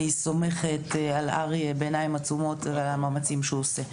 אני סומכת על אריה בעיניים עצומות ויודעת על המאמצים שהוא עושה.